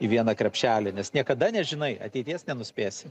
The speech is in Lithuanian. į vieną krepšelį nes niekada nežinai ateities nenuspėsi